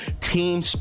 Team